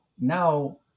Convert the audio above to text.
now